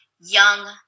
young